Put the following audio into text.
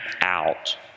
out